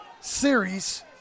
series